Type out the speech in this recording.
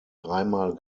dreimal